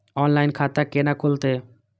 Online खाता केना खुलते?